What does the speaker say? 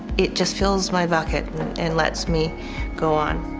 it just fills my bucket and lets me go on.